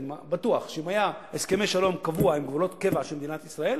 אני בטוח שאם היה הסכם שלום קבוע עם גבולות קבע של מדינת ישראל,